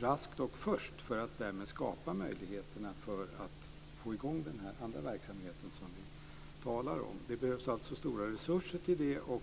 raskt och först för att därmed skapa möjligheter att få i gång den här andra verksamheten som vi talar om. Det behövs stora resurser till det.